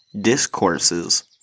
Discourses